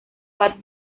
bad